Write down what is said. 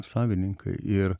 savininkai ir